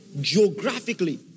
geographically